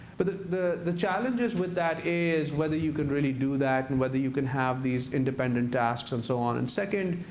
but the the challenges with that is whether you could really do that and whether you can have these independent tasks and so on. and second,